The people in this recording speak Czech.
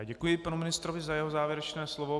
Děkuji panu ministrovi za jeho závěrečné slovo.